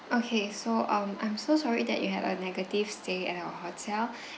okay so um I'm so sorry that you had a negative stay at our hotel